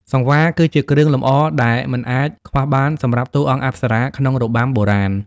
សង្វារគឺជាគ្រឿងលម្អដែលមិនអាចខ្វះបានសម្រាប់តួអង្គអប្សរាក្នុងរបាំបុរាណ។